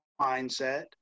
mindset